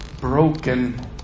broken